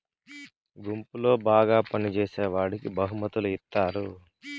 గుంపులో బాగా పని చేసేవాడికి బహుమతులు ఇత్తారు